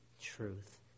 truth